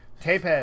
Tape